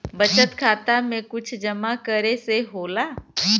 बचत खाता मे कुछ जमा करे से होला?